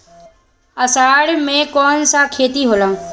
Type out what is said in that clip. अषाढ़ मे कौन सा खेती होला?